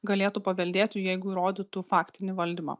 galėtų paveldėti jeigu įrodytų faktinį valdymą